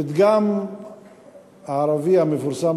הפתגם הערבי המפורסם,